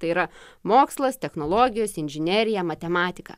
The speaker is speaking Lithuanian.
tai yra mokslas technologijos inžinerija matematika